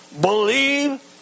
believe